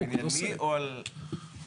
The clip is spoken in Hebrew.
בנייני או מתחמי?